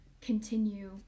continue